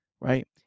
Right